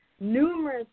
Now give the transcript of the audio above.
Numerous